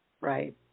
Right